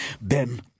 Ben